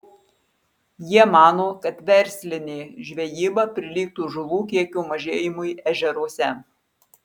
jie mano kad verslinė žvejyba prilygtų žuvų kiekio mažėjimui ežeruose